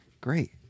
great